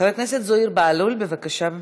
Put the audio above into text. חבר הכנסת זוהיר בהלול, בבקשה.